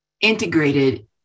integrated